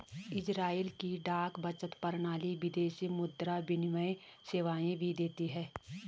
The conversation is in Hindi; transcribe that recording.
इज़राइल की डाक बचत प्रणाली विदेशी मुद्रा विनिमय सेवाएं भी देती है